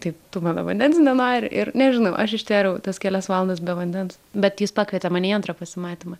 tai tu mano vandens nenori ir nežinau aš ištvėriau tas kelias valandas be vandens bet jis pakvietė mane į antrą pasimatymą